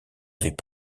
avaient